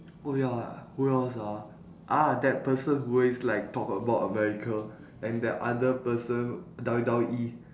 oh ya who else ah ah that person who always like talk about america and that other person W W E